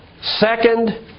Second